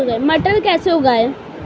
मटर कैसे उगाएं?